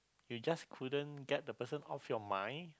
you just couldn't get the person off your mind